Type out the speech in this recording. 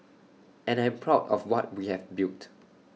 and I'm proud of what we have built